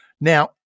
Now